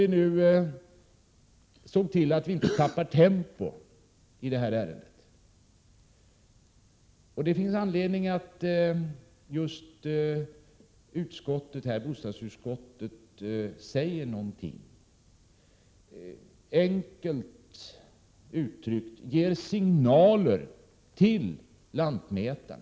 Vi får se till att vi inte tappar tempot i detta sammanhang. Det finns anledning för just bostadsutskottet att säga ifrån. Enkelt uttryckt: Ge signaler till lantmätarna, så att de vet vad som gäller!